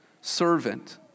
servant